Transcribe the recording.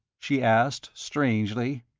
she asked, strangely.